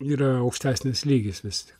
yra aukštesnis lygis vis tik